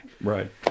Right